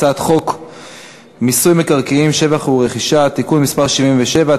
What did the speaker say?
הצעת חוק מיסוי מקרקעין (שבח ורכישה) (תיקון מס' 77),